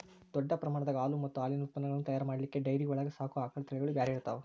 ದೊಡ್ಡ ಪ್ರಮಾಣದಾಗ ಹಾಲು ಮತ್ತ್ ಹಾಲಿನ ಉತ್ಪನಗಳನ್ನ ತಯಾರ್ ಮಾಡ್ಲಿಕ್ಕೆ ಡೈರಿ ಒಳಗ್ ಸಾಕೋ ಆಕಳ ತಳಿಗಳು ಬ್ಯಾರೆ ಇರ್ತಾವ